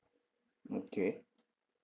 okay